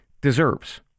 deserves